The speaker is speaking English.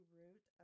root